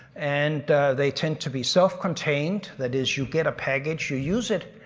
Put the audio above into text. and they tend to be self contained. that is, you get a package, you use it,